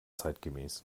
zeitgemäß